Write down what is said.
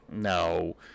no